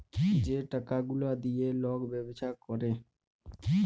যে টাকা গুলা দিঁয়ে লক ব্যবছা ক্যরে